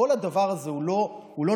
כל הדבר הזה הוא לא נכון,